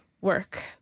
work